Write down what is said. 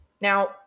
Now